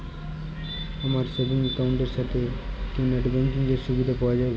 আমার savings account এর সাথে কি নেটব্যাঙ্কিং এর সুবিধা পাওয়া যাবে?